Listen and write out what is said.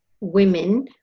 women